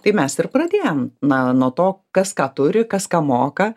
tai mes ir pradėjom na nuo to kas ką turi kas ką moka